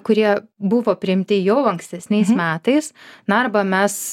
kurie buvo priimti jau ankstesniais metais na arba mes